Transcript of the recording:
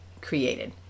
created